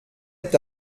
est